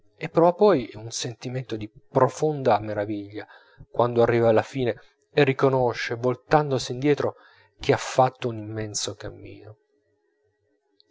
e prova poi un sentimento di profonda meraviglia quando arriva alla fine e riconosce voltandosi indietro che ha fatto un immenso cammino